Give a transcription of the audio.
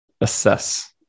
assess